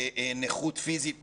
נכות פיזית קשה,